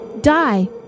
die